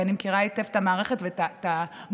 כי אני מכירה היטב את המערכת ואת המורכבות